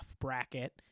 bracket –